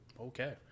Okay